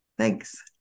Thanks